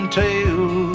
tale